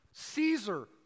Caesar